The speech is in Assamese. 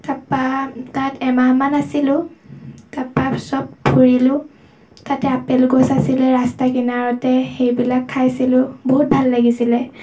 তাপা তাত এমাহ মান আছিলোঁ তাপা চব ফুৰিলোঁ তাতে আপেল গছ আছিলে ৰাস্তাৰ কিনাৰতে সেইবিলাক খাইছিলোঁ বহুত ভাল লাগিছিলে